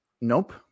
Nope